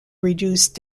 reduce